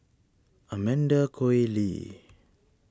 Amanda Koe Lee